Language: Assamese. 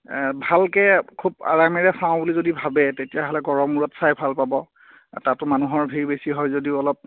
ভালকৈ খুব আৰামেৰে চাওঁ বুলি যদি ভাবে তেতিয়াহ'লে গড়মূৰত চাই ভাল পাব তাতো মানুহৰ ভিৰ বেছি হয় যদিও অলপ